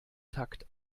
takt